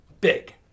big